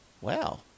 wow